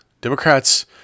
Democrats